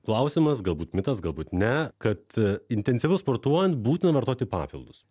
klausimas galbūt mitas galbūt ne kad intensyviau sportuojant būtina vartoti papildus